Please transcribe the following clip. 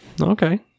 Okay